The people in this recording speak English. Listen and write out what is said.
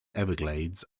everglades